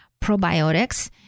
probiotics